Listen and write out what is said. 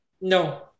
No